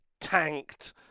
tanked